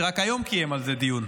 שרק היום קיים על זה דיון,